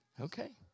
Okay